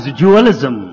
dualism